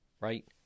right